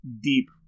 Deep